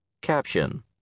Caption